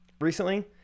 recently